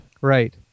Right